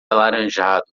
alaranjado